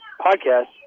Podcast